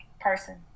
person